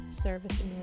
Service